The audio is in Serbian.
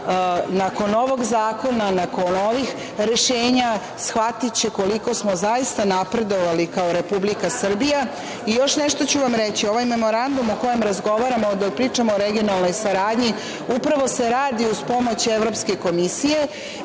nakon ovog zakona, nakon ovih rešenja, shvatiće koliko smo zaista napredovali kao Republika Srbija. Još nešto ću vam reći. Ovaj memorandum o kojem razgovaramo, dok pričamo o regionalnoj saradnji, upravo se radi uz pomoć Evropske komisije